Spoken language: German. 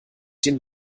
den